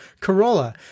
Corolla